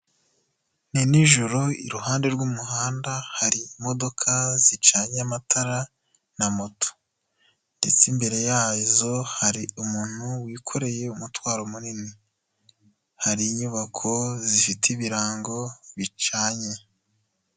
Ni nijoro, iruhande rw'umuhanda hari imodoka zicanye amatara na moto ndetse imbere yazo hari umuntu wikoreye umutwaro munini. Hari inyubako zifite ibirango bicanye.